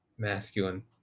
Masculine